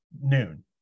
noon